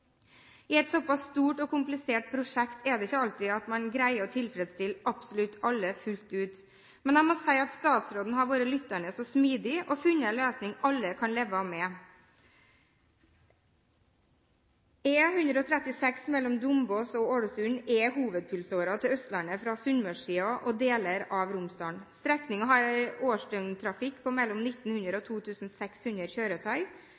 I et såpass stort og komplisert prosjekt er det ikke alltid man greier å tilfredsstille absolutt alle fullt ut. Men jeg må si at statsråden har vært lyttende og smidig og funnet en løsning alle kan leve med. E136 mellom Dombås og Ålesund er hovedpulsåren til Østlandet fra sunnmørssiden og deler av Romsdalen. Strekningen har en årsdøgntrafikk på mellom 1 900 og 2 600 kjøretøy,